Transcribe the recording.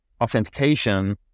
authentication